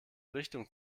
richtung